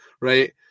right